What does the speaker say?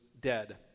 dead